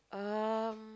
um